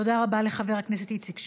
תודה רבה לחבר הכנסת איציק שמולי.